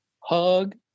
hug